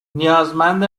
نیازمند